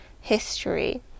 history